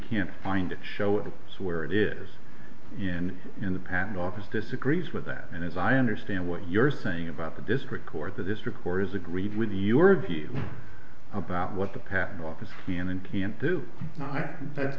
can't find it show it where it is in in the patent office disagrees with that and as i understand what you're saying about the district court the district court has agreed with your view about what the patent office can and can't do that